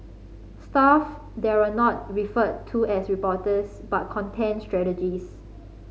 staff there are not referred to as reporters but content strategist